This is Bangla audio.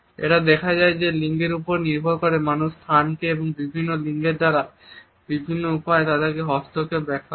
এটা দেখা গেছে যে লিঙ্গের ওপর নির্ভর করে মানুষ স্থানকে এবং বিভিন্ন লিঙ্গের দ্বারা বিভিন্ন উপায়ে তার হস্তক্ষেপকে ব্যাখ্যা করে